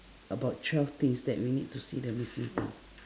about twelve things that we need to see the missing thing